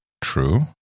true